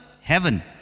heaven